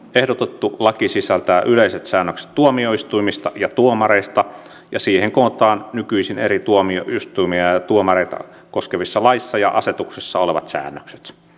ehdotettu laki sisältää yleiset säännökset tuomioistuimista ja tuomareista ja siihen kootaan nykyisin eri tuomioistuimia ja tuomareita koskevissa laeissa ja asetuksissa olevat säännökset